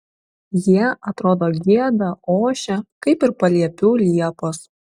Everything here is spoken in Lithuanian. jie atrodo gieda ošia kaip ir paliepių liepos